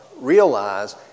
realize